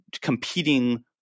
competing